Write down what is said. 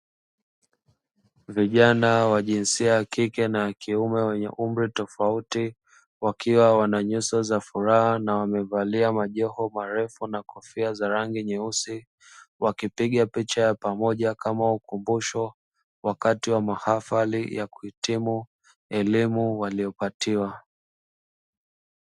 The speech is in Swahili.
Vijana wa jinsia ya kike na kiume wenye umri tofauti, wakiwa wana nyuso za furaha na wamevalia majoho marefu na kofia za rangi nyeusi, wakipiga picha ya pamoja kama ukumbusho wakati wa mahafali ya kuhitimu elimu waliyopatiwa.